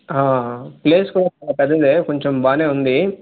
place కూడా పెద్దదే కొంచెం బాగానే ఉంది